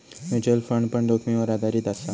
mutual fund पण जोखीमीवर आधारीत असा